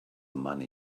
money